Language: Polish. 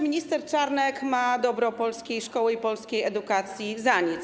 Minister Czarnek ma dobro polskiej szkoły i polskiej edukacji za nic.